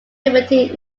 liberty